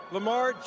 Lamar